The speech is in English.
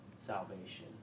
salvation